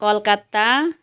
Calcutta